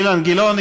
אילן גילאון,